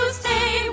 stay